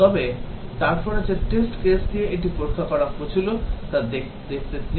তবে তারপরে যে test case দিয়ে এটি পরীক্ষা করা হয়েছিল তা দেখতে দিন